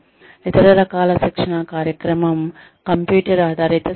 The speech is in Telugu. ఇతర రకాల శిక్షణా కార్యక్రమం కంప్యూటర్ ఆధారిత శిక్షణ